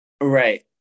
Right